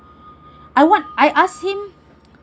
I want I asked him